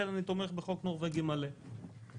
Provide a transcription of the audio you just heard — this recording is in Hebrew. ב-2015 אגב היא אמרה, בחוק הנורבגי המקורי הראשון: